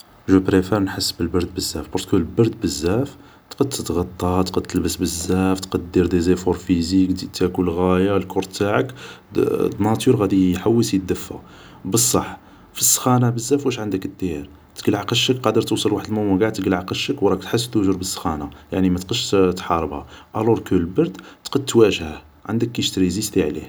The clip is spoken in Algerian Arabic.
جو بريفار نحس بالبرد بزاف ، بارسكو البرد بزاف ، تقد تتغطا تقد تلبس بزاف ، تقد دير دي زيفور فيزيك ، تزيد تاكل غايا ، الكور تاعك دو ناتور غادي يحوس يدفا ، بصح في السخان بزاف واش عندك دير ، تقلع قشك ، قادر توصل واحد المومون قاع تقلع قشك و راك تحس توجور بسخانا يعني ما تقدش تحاربها ، الور كو البرد تقد تواجهه ، عندك كيش تريزيستي عليه